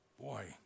Boy